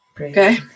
Okay